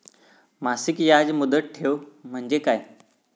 मासिक याज मुदत ठेव म्हणजे काय?